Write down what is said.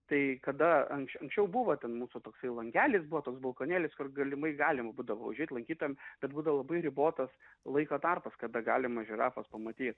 tai kada anks anksčiau buvo ten mūsų toksai langelis buvo toks balkonėlis kur galimai galima būdavo užeit lankytojam bet būdavo labai ribotas laiko tarpas kada galima žirafas pamatyti